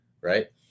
Right